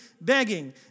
begging